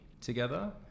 together